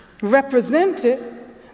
represented